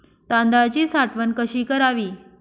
तांदळाची साठवण कशी करावी?